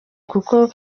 kuko